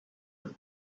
with